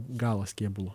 galas kėbulo